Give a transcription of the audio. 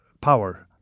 power